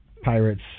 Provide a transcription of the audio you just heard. Pirates